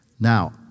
Now